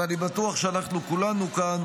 ואני בטוח שאנחנו כולנו כאן